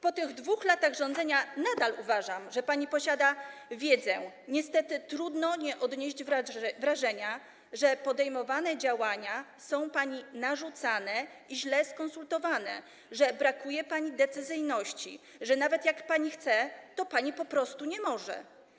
Po tych 2 latach rządzenia nadal uważam, że pani posiada wiedzę, niestety trudno nie odnieść wrażenia, że podejmowane działania są pani narzucane i źle skonsultowane, że brakuje pani decyzyjności, że nawet jak pani chce, to pani po prostu nie może.